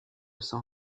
sans